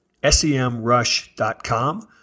SEMrush.com